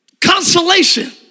consolation